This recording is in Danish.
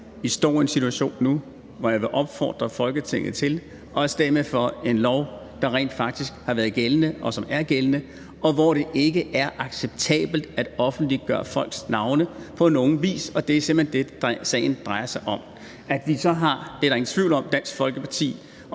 nu står i en situation, hvor jeg vil opfordre Folketinget til at stemme i overensstemmelse med den lov, der rent faktisk har været gældende, og som er gældende, hvorefter det ikke er acceptabelt at offentliggøre folks navne på nogen vis. Det er simpelt hen det, sagen drejer sig om. At Dansk Folkeparti